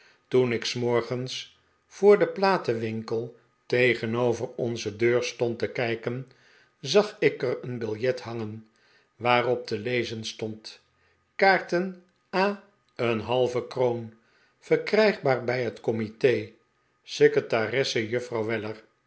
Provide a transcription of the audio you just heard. toen ik s morgens voor den platenwinkel tegenover onze deur stond te kijken zag ik er een biljet hangen waarop te lezen stond kaarten a een halve kroon verkrijgbaar bij het comite secretaresse juffrouw weller